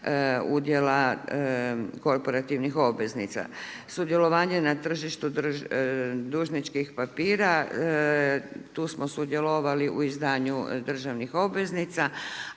udjela korporativnih obveznica. Sudjelovanje na tržištu dužničkih papira, tu smo sudjelovali u izdanju državnih obveznica